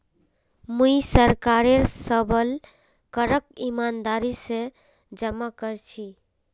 मुई सरकारेर सबल करक ईमानदारी स जमा कर छी